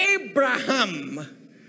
Abraham